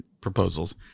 proposals